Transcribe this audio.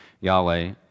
Yahweh